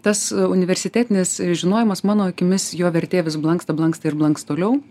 tas universitetinis žinojimas mano akimis jo vertė vis blanksta blanksta ir blanks toliau